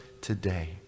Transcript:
today